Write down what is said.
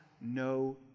no